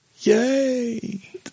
Yay